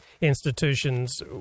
institutions